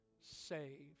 saved